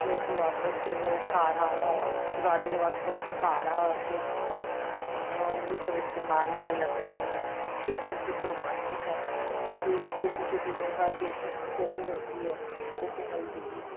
جو ہے تو واپس سے وہ کاڑھا پرانے وقتوں کے کاڑھا جو تھا وہ سب استعمال ہونے لگا ہے کچن کے سامان کے سا کہ چھوٹی چھوٹی جو ہر بیسک کچن میں ہوتی ہے جیسے ہلدی